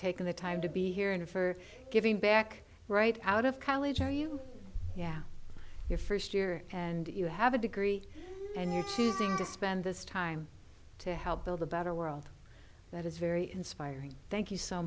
taking the time to be here and for giving back right out of college where you yeah your first year and you have a degree and you're choosing to spend this time to help build a better world that is very inspiring thank you so